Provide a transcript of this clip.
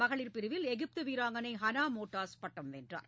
மகளிர் பிரிவில் எகிப்து வீராங்கனை ஹனா மோட்டாஸ் பட்டம் வென்றார்